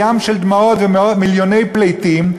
וים של דמעות ומיליוני פליטים,